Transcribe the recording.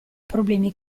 problemi